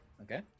okay